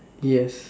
yes